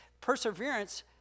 Perseverance